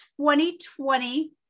2020